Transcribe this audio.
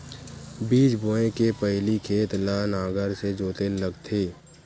बीज बोय के पहिली खेत ल नांगर से जोतेल लगथे?